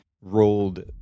rolled